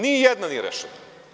Nijedna nije rešena.